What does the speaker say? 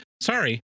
sorry